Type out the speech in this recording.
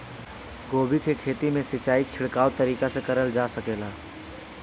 गोभी के खेती में सिचाई छिड़काव तरीका से क़रल जा सकेला?